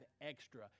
extra